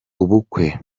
ubukwe